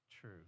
true